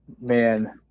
man –